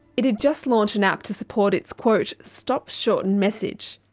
it had just launched an app to support its quote stop shorten message.